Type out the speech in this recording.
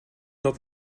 dat